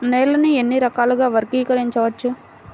నేలని ఎన్ని రకాలుగా వర్గీకరించవచ్చు?